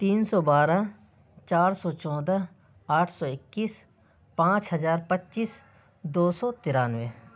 تین سو بارہ چارسو چودہ آٹھ سو اکیس پانچ ہزار پچیس دو سو ترانوے